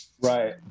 right